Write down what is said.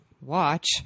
watch